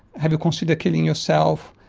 have you considered killing yourself,